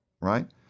right